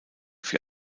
für